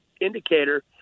indicator